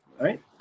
right